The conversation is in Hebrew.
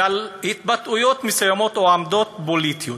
על התבטאויות מסוימות או עמדות פוליטיות.